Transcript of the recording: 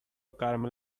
caramel